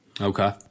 Okay